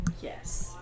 Yes